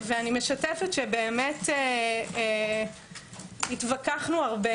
באמת התווכחנו הרבה